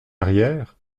arrière